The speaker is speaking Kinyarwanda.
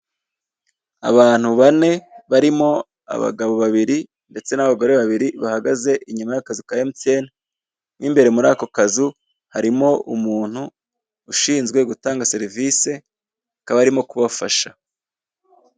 Abantu bane barimo abagabo babiri ndetse nabagore babiri bahagaze inyuma yakazu ka MTN , mo imbere muri ako kazu harimo umuntu ushinzwe gutanga serivise akaba arimo kubafasha.